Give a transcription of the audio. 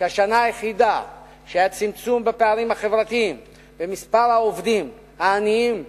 שהשנה היחידה שבה היה צמצום בפערים החברתיים ומספר העובדים העניים ירד,